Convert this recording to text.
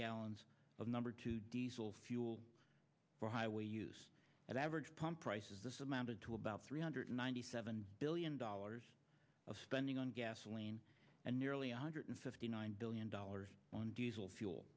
gallons of number two diesel fuel for highway use at average pump prices this amounted to about three hundred ninety seven billion dollars of spending on gasoline and nearly one hundred in fifty nine billion dollars on diesel fuel